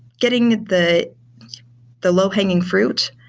getting the the low hanging fruit.